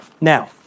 Now